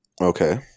Okay